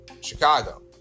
Chicago